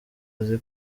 uzi